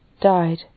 died